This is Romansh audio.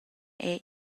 era